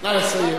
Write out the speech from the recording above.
נא לסיים.